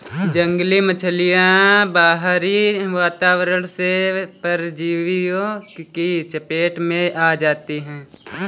जंगली मछलियाँ बाहरी वातावरण से परजीवियों की चपेट में आ जाती हैं